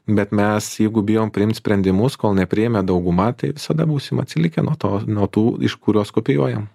bet mes jeigu bijom priimt sprendimus kol nepriėmė dauguma tai visada būsim atsilikę nuo to nuo tų iš kuriuos kopijuojam